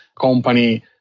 company